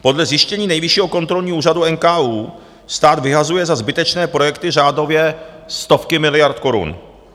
Podle zjištění Nejvyššího kontrolního úřadu NKÚ stát vyhazuje za zbytečné projekty řádově stovky miliard korun.